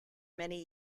many